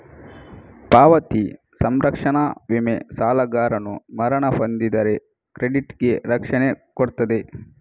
ಪಾವತಿ ಸಂರಕ್ಷಣಾ ವಿಮೆ ಸಾಲಗಾರನು ಮರಣ ಹೊಂದಿದರೆ ಕ್ರೆಡಿಟ್ ಗೆ ರಕ್ಷಣೆ ಕೊಡ್ತದೆ